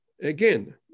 again